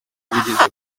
wigeze